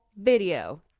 video